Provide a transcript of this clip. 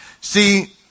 See